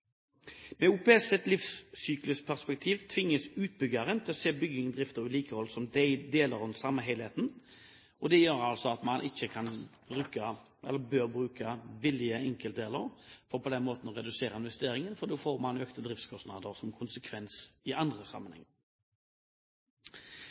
Med OPS' livssyklusperspektiv tvinges utbyggerne til å se bygging, drift og vedlikehold som deler av den samme helheten. Det gjør at man ikke bør bruke billige enkeltdeler for på den måten å redusere investeringene, for da får man økte driftskostnader som konsekvens i andre